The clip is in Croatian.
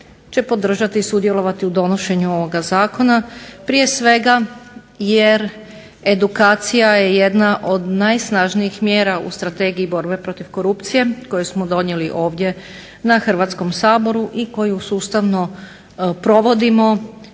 će podržati u sudjelovati u donošenju ovoga zakona. Prije svega jer edukacija je jedna od najsnažnijih mjera u Strategiji borbe protiv korupcije koje smo donijeli ovdje na Hrvatskom saboru i koju sustavno provodimo